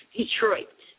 Detroit